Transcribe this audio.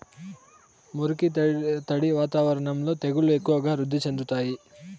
మురికి, తడి వాతావరణంలో తెగుళ్లు ఎక్కువగా వృద్ధి చెందుతాయి